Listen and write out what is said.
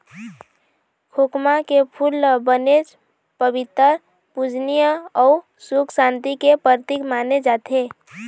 खोखमा के फूल ल बनेच पबित्तर, पूजनीय अउ सुख सांति के परतिक माने जाथे